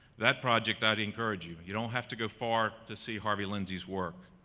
that project i would encourage you, you don't have to go far to see harvey lindsay work.